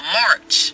march